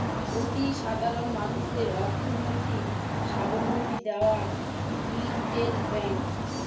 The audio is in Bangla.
অতি সাধারণ মানুষদের অর্থনৈতিক সাবলম্বী দেয় রিটেল ব্যাঙ্ক